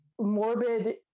morbid